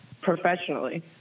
professionally